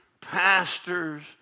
pastors